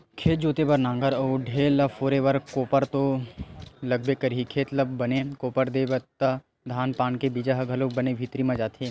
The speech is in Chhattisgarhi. खेत जोते बर नांगर अउ ढ़ेला ल फोरे बर कोपर तो लागबे करही, खेत ल बने कोपर देबे त धान पान के बीजा ह घलोक बने भीतरी म जाथे